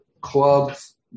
clubs